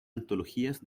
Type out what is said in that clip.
antologías